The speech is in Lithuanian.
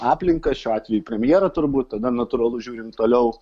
aplinką šiuo atveju premjerą turbūt tada natūralu žiūrim toliau